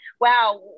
wow